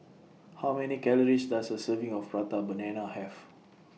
How Many Calories Does A Serving of Prata Banana Have